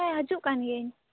ᱦᱮᱸ ᱦᱟ ᱡᱩᱜ ᱠᱟᱱ ᱜᱤᱭᱟ ᱧ